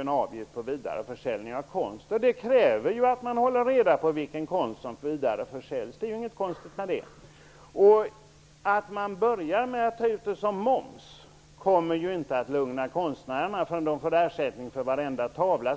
en avgift på vidareförsäljning av konst. Det kräver att man håller reda på vilken konst som vidareförsäljs. Det är inget konstigt med det. Att avgiften tas ut som moms kommer inte att lugna konstnärerna förrän de har fått ersättning för varenda tavla.